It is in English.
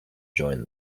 join